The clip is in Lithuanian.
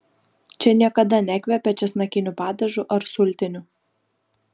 čia niekada nekvepia česnakiniu padažu ar sultiniu